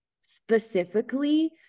specifically